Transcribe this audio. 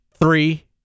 three